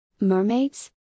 Mermaids